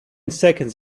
seconds